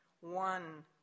one